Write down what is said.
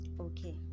okay